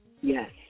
Yes